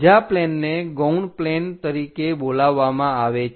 બીજા પ્લેનને ગૌણ પ્લેન તરીકે બોલાવવામાં આવે છે